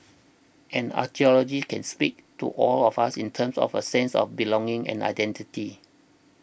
and archaeology can speak to all of us in terms of a sense of belonging and identity